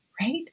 right